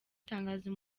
itangazo